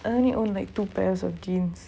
I only own like two pairs of jeans